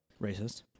Racist